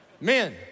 Men